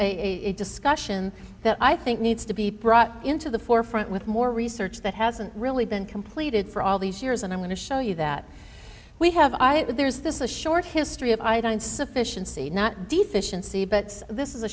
a discussion that i think needs to be brought into the forefront with more research that hasn't really been completed for all these years and i'm going to show you that we have i had there's this a short history of i don't sufficiency not deficiency but this is a